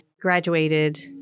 graduated